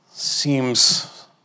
seems